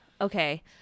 Okay